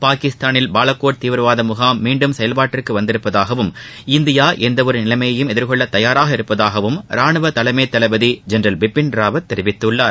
பாகிஸ்தானில் பாவாகோட் தீவிரவாத முகாம் மீண்டும் செயல்பாட்டுக்கு வந்துள்ளதாகவும் இந்தியா எந்தவொரு நிலைமையையும் எதிர்கொள்ள தயாராக இருப்பதாகவும் ராணுவ தலைமை தளபதி ஜென்ரல் பிபின் ராவத் தெரிவித்துள்ளார்